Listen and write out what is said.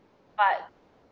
but